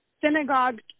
synagogue